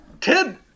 Ted